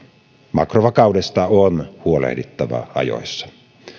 makrovakaudesta on huolehdittava ajoissa